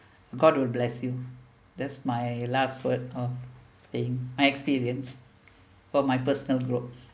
god will bless you that's my last word or saying my experience for my personal growth